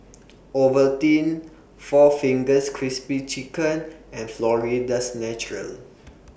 Ovaltine four Fingers Crispy Chicken and Florida's Natural